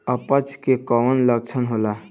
अपच के का लक्षण होला?